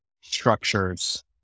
structures